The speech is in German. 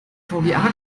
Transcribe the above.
vga